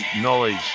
knowledge